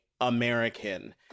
American